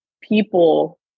people